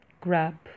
grab